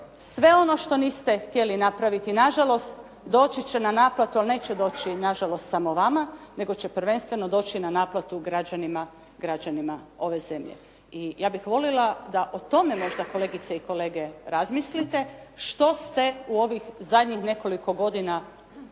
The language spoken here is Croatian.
Sve ono što niste htjeli napraviti, na žalost doći će na naplatu, ali neće doći na žalost samo vama, nego će doći prvenstveno na naplatu građanima ove zemlje. I ja bih volila da o tome možda kolegice i kolege razmislite što ste u ovih zadnjih nekoliko godina,